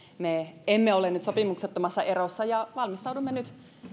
me emme ole nyt sopimuksettomassa erossa valmistaudumme nyt